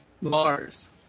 Mars